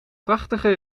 prachtige